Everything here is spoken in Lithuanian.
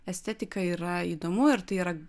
estetika yra įdomu ir tai yra